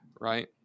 right